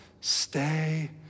stay